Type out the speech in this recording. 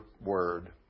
Word